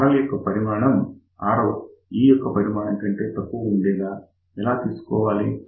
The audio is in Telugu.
RL యొక్క పరిమాణం Rout ఈ యొక్క పరిమాణం కంటే తక్కువ ఉండేలా ఎలా తీసుకోవాలి